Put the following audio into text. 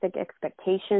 expectations